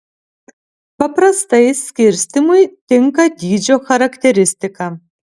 paprastai skirstymui tinka dydžio charakteristika